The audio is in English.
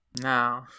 No